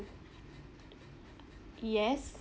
yes